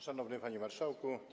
Szanowny Panie Marszałku!